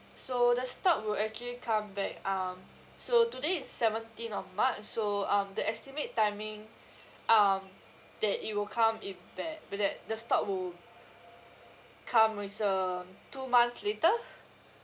so the stock will actually come back um so today it's seventeenth of march so um the estimate timing um that it will come i~ back but that the stock will come is um two months later